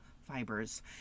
fibers